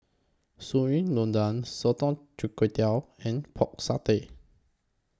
Sayur Lodeh Sotong Char Kway and Pork Satay